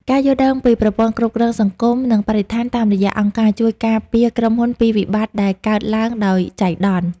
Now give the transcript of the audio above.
ការយល់ដឹងពីប្រព័ន្ធគ្រប់គ្រងសង្គម និងបរិស្ថានតាមរយៈអង្គការ ជួយការពារក្រុមហ៊ុនពីវិបត្តិដែលកើតឡើងដោយចៃដន្យ។